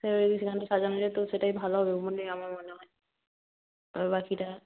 সেভাবেই সেখানটা সাজানো যায় তো সেটাই ভালো হবে বলে আমার মনে হয় তারপর বাকিটা